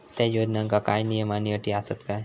त्या योजनांका काय नियम आणि अटी आसत काय?